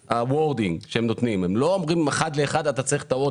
הם לא אומרים אחד לאחד שאתה צריך את wording .